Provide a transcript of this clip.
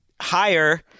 higher –